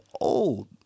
old